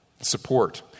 Support